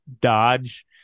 dodge